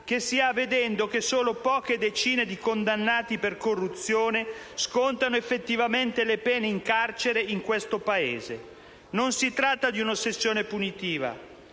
che si ha vedendo che solo poche decine di condannati per corruzione scontano effettivamente le pene in carcere in questo Paese. Non si tratta di un'ossessione punitiva,